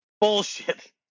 bullshit